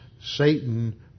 Satan